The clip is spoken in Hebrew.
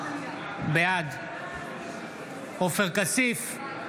בעד עופר כסיף,